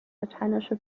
lateinische